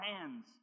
hands